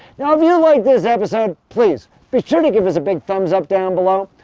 now if you liked this episode, please be sure to give us a big thumbs up down below.